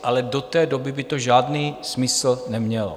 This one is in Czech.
Ale do té doby by to žádný smysl nemělo.